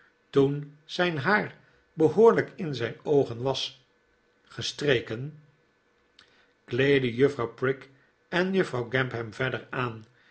toen zijn haar behoorlijk in zijn oogen was gestreken kleedden juffrouw prig en juffrouw gamp hem verder aan